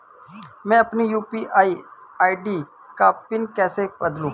मैं अपनी UPI ID का पिन कैसे बदलूं?